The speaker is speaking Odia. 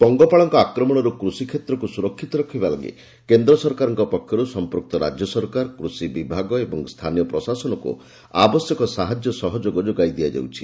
ପଙ୍ଗପାଳଙ୍କ ଆକ୍ରମଣରୁ କୃଷି କ୍ଷେତ୍ରକୁ ସୁରକ୍ଷିତ ରଖିବା ଲାଗି କେନ୍ଦ୍ର ସରକାରଙ୍କ ପକ୍ଷରୁ ସଂପୂକ୍ତ ରାଜ୍ୟ ସରକାର କୃଷି ବିଭାଗ ଓ ସ୍ଥାନୀୟ ପ୍ରଶାସନକୁ ଆବଶ୍ୟକ ସାହାଯ୍ୟ ସହଯୋଗ ଯୋଗାଇ ଦିଆଯାଉଛି